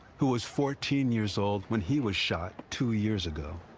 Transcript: who was fourteen years old when he was shot two years ago.